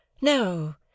No